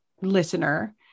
listener